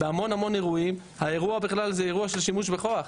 בהמון המון אירועים האירוע הוא בכלל אירוע של שימוש בכוח,